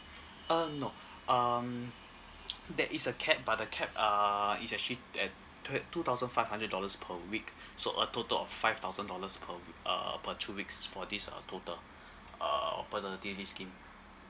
uh no um there is a cap but the cap uh is actually at twe~ two thousand five hundred dollars per week so a total of five thousand dollars per w~ uh per two weeks for this uh total uh paternity leave scheme